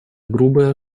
грубая